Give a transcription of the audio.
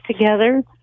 together